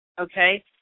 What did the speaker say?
okay